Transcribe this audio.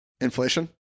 Inflation